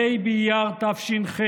בה' באייר תש"ח,